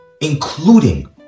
including